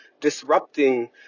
disrupting